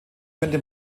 könnte